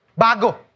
Bago